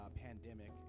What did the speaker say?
pandemic